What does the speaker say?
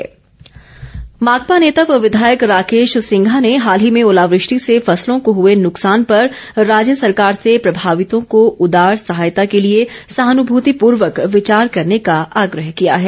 माकपा मांग माकपा नेता व विधायक राकेश सिंघा ने हाल ही में ओलावृष्टि से फसलों को हुए नुकसान पर राज्य सरकार से प्रभावितों को उदार सहायता के लिए सहानुभूतिपूर्वक विचार करने का आग्रह किया है